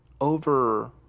over –